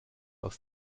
aus